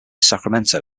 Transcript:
sacramento